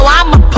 I'ma